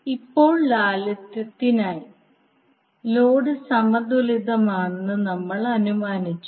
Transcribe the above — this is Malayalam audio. ഇപ്പോൾ ലാളിത്യത്തിനായി ലോഡ് സമതുലിതമാണെന്ന് നമ്മൾ അനുമാനിച്ചു